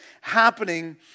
happening